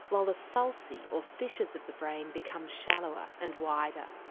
while the sulci, or fissures of the brain become shallower and wider.